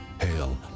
Hail